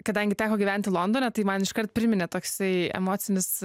kadangi teko gyventi londone tai man iškart priminė toksai emocinis